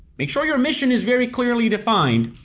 make sure your mission is very clearly defined,